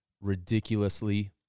ridiculously